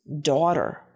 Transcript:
daughter